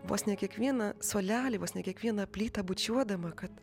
vos ne kiekvieną suolelį vos ne kiekvieną plytą bučiuodama kad